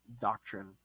doctrine